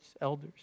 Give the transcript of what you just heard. elders